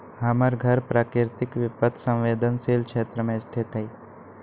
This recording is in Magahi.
हमर घर प्राकृतिक विपत संवेदनशील क्षेत्र में स्थित हइ